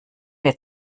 wir